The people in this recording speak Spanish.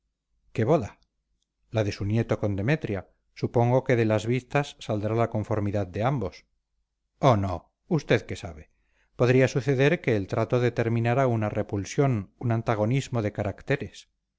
qué boda la de su nieto con demetria supongo que de las vistas saldrá la conformidad de ambos o no usted qué sabe podría suceder que el trato determinara una repulsión un antagonismo de caracteres